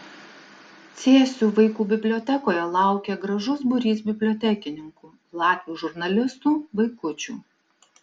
cėsių vaikų bibliotekoje laukė gražus būrys bibliotekininkų latvių žurnalistų vaikučių